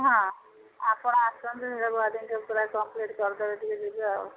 ହଁ ଆପଣ ଆସନ୍ତୁ ୱାରିଙ୍ଗ୍ ଯେମିତି ପୁରା କମ୍ପ୍ଲିଟ୍ କରିଦେବେ ଯଦି ଆଉ